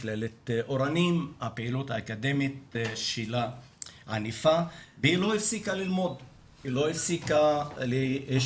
מכללת אורני הפעילות האקדמית שלה ענפה והיא לא הפסיקה ללמוד,